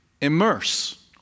immerse